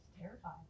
terrified